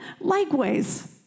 likewise